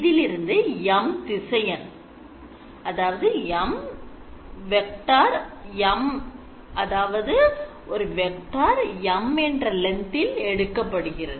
இதிலிருந்து M திசையன் எடுக்கப்படுகிறது